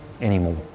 anymore